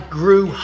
grew